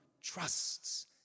trusts